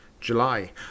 July